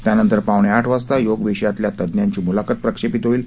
त्यानंतर पावणे आठ वाजता योग विषयातल्या तज्ञांची मुलाखत प्रक्षेपित केली जाईल